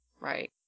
Right